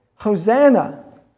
Hosanna